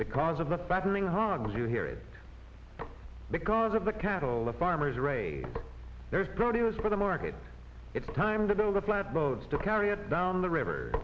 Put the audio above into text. because of the fattening hog you hear it because of the cattle the farmers raise theirs produce for the market its time to do the flatboats to carry it down the river